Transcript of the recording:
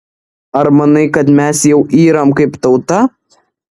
ar manai kad mes jau yram kaip tauta